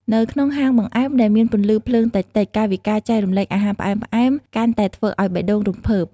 នៅក្នុងហាងបង្អែមដែលមានពន្លឺភ្លើងតិចៗ កាយវិការចែករំលែកអាហារផ្អែមៗកាន់តែធ្វើឱ្យបេះដូងរំភើប។